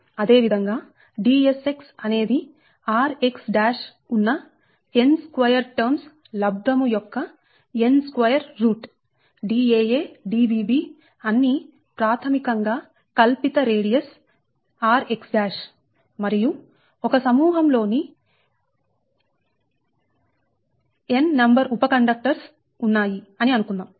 అదే విధంగా Dsx అనేది rx ఉన్న n2 టర్మ్స్ లబ్ధము యొక్క n2 రూట్ Daa Dbb అన్ని ప్రాథమికం గా కల్పిత రేడియస్ rx మరియు ఒక సమూహం లో n నంబర్ ఉప కండక్టర్స్ ఉన్నాయి అని అనుకుందాం